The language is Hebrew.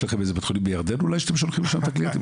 יש לכם אולי בית חולים בירדן שאתם שולחים אליו את הקליינטים?